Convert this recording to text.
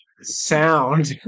sound